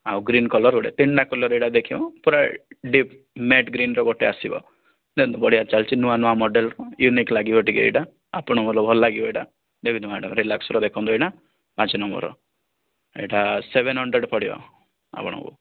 ଆଉ green colour ଗୋଟେ ତିନିଟା କଲର୍ ଏଇଟା ଦେଖିବ ପୁରା ଡିପ୍ ମେଟ୍ ଗ୍ରୀନର ଗୋଟେ ଆସିବ ଦେଖନ୍ତୁ ବଢ଼ିଆ ଚାଲିଛି ନୂଆଁ ନୂଆଁ ମଡ଼େଲ ୟୁନିକ ଲାଗିବ ଟିକେ ଏଇଟା ଆପଣଙ୍କର ଭଲ ଲାଗିବ ଏଇଟା ଦେଖନ୍ତୁ ମ୍ୟାଡ଼ାମ ରିଲାକ୍ସୋର ଦେଖନ୍ତୁ ଏଇଟା ପାଞ୍ଚ ନମ୍ବରର ଏଇଟା ସେଭେନ ହଣ୍ଡ୍ରେଡ଼ ପଡ଼ିବ ଆପଣଙ୍କୁ